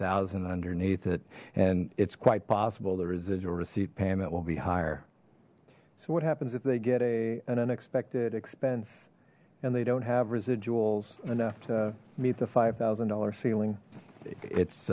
thousand underneath it and it's quite possible the residual receipt payment will be higher so what happens if they get a unexpected expense and they don't have residuals enough to meet the five thousand dollar ceiling it's